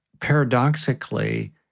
paradoxically